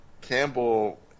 Campbell